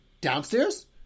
downstairs